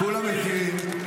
כולם מכירים.